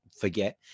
forget